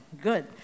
good